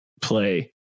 play